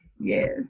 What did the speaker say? Yes